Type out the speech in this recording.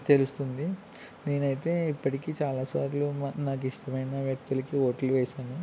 తెలుస్తుంది నేనైతే ఇప్పటికీ చాలాసార్లు నాకు ఇష్టమైన వ్యక్తులకి ఓట్లు వేశాను